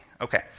Okay